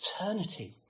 eternity